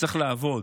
צריך לעבוד,